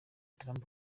trump